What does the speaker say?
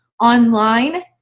online